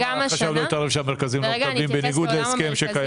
למה אף אחד לא התערב כשהמרכזים לא מקבלים בניגוד להסכם שקיים?